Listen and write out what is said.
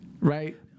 Right